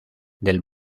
del